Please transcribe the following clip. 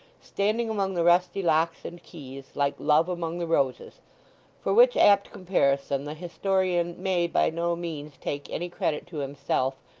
standing among the rusty locks and keys, like love among the roses for which apt comparison the historian may by no means take any credit to himself,